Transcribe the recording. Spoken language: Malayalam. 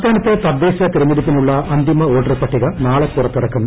സംസ്ഥാനത്ത് തദ്ദേശ ത്രെഞ്ഞെടുപ്പിനുള്ള ന് അന്തിമ വോട്ടർ പട്ടിക് ്നൂട്ളെ പുറത്തിറക്കും